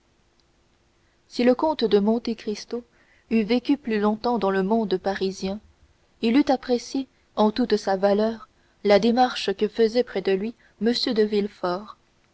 si le comte de monte cristo eût vécu depuis longtemps dans le monde parisien il eût apprécié en toute sa valeur la démarche que faisait près de lui m de